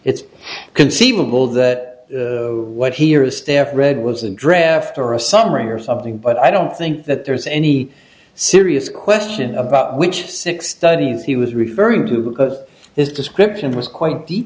it's conceivable that what he or his staff read was in draft or a summary or something but i don't think that there's any serious question about which sixty that he was referring to because his description was quite de